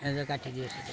ଏ କାଟିଦିଅ ସେଇଟାକୁ